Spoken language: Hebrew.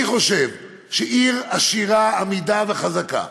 אני חושב שעיר עשירה, אמידה וחזקה,